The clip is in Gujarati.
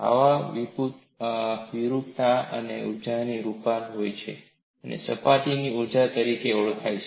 આવા વિરૂપતાને ઊર્જાની જરૂર હોય છે અને તે સપાટીની ઊર્જા તરીકે ઓળખાય છે